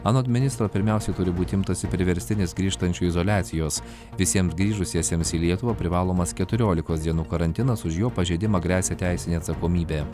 anot ministro pirmiausia turi būti imtasi priverstinės grįžtančiųjų izoliacijos visiems grįžusiesiems į lietuvą privalomas keturiolikos dienų karantinas už jo pažeidimą gresia teisinė atsakomybė